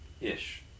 ish